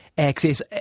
Access